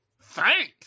Thanks